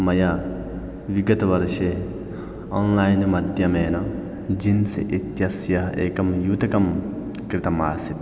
मया विगतवर्षे आन्लैन्माध्यमेन जिन्स् इत्यस्य एकं युतकं क्रीतमासीत्